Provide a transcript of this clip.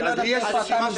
יש לי את הרשימה.